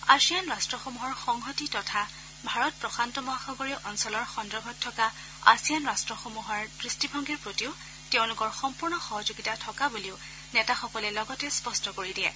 ASEAN ৰাট্টসমূহৰ সংহতি তথা ভাৰত প্ৰশান্ত মহাসাগৰীয় অঞ্চলৰ সন্দৰ্ভত থকা আছিয়ান ৰাট্টসমূহৰ দৃষ্টিভংগীৰ প্ৰতিও তেওঁলোকৰ সম্পূৰ্ণ সহযোগিতা থকা বুলিও নেতাসকলে লগতে স্পষ্ট কৰি দিয়ে